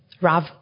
Rav